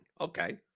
Okay